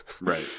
Right